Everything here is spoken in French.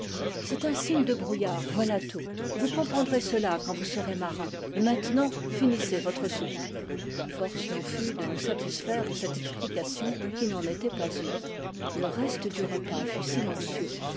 c'est un signe de brouillard voilà tout vous com prendrez cela quand vous serez marins et maintenant finis sez votre soupe force nous fut de nous satisfaire de cette explication qui n'en était pas une le reste du repas fut silencieux